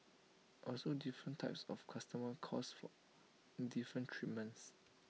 also different types of customers calls for different treatments